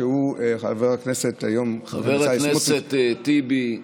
חבר הכנסת בצלאל סמוטריץ' חבר הכנסת טיבי,